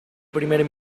primer